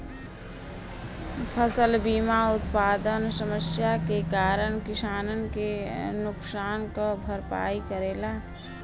फसल बीमा उत्पादन समस्या के कारन किसानन के नुकसान क भरपाई करेला